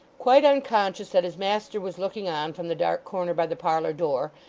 quite unconscious that his master was looking on from the dark corner by the parlour door,